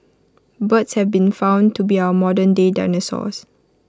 birds have been found to be our modernday dinosaurs